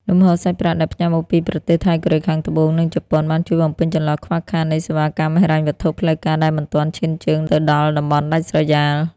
លំហូរសាច់ប្រាក់ដែលផ្ញើមកពីប្រទេសថៃ កូរ៉េខាងត្បូង និងជប៉ុន បានជួយបំពេញចន្លោះខ្វះខាតនៃសេវាកម្មហិរញ្ញវត្ថុផ្លូវការដែលមិនទាន់ឈានជើងទៅដល់តំបន់ដាច់ស្រយាល។